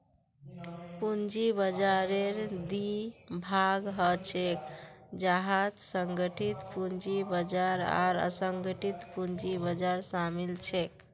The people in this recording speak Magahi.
पूंजी बाजाररेर दी भाग ह छेक जहात संगठित पूंजी बाजार आर असंगठित पूंजी बाजार शामिल छेक